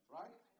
right